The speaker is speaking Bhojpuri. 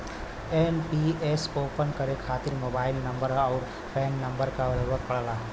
एन.पी.एस ओपन करे खातिर मोबाइल नंबर आउर पैन नंबर क जरुरत पड़ला